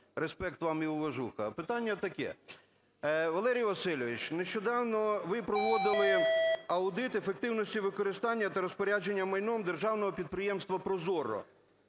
Респект вам і "уважуха"! А питання таке. Валерій Васильович, нещодавно ви проводили аудит ефективності використання та розпорядження майном державного підприємства ProZorro.